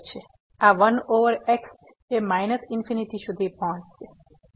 આ 1 over x એ minus infinity સુધી પહોંચશે